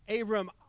Abram